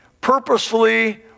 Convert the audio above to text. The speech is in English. purposefully